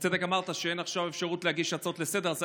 בצדק אמרת שאין עכשיו אפשרות להגיש הצעות לסדר-היום,